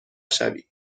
شوی